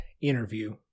interview